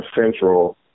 Central